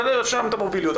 ולאפשר להן את המוביליות.